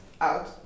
out